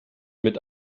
mit